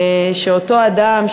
שאותו אדם,